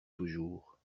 toujours